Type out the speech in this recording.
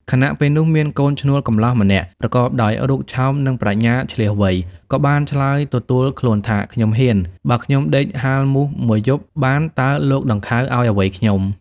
ខណៈពេលនោះ មានកូនឈ្នួលកំលោះម្នាក់ ប្រកបដោយរូបឆោម និងប្រាជ្ញាឈ្លាសវៃ ក៏បានឆ្លើយទទួលខ្លួនថា "ខ្ញុំហ៊ាន" បើខ្ញុំដេកហាលមូស ១ យប់បាន តើលោក ដង្ខៅឲ្យអ្វីខ្ញុំ។